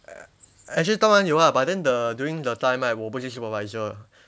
actually 当然有啦 but then the during the time right 我不是 supervisor